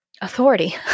authority